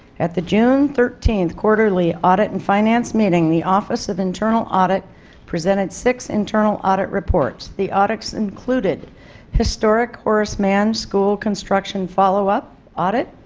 at the june thirteen quarterly audit and finance meeting the office of internal audit presented six internal audit reports. the audits included historic horace mann school construction follow-up audit,